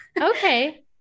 okay